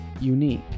unique